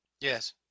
Yes